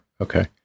Okay